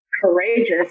courageous